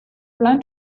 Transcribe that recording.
learn